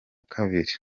kabiri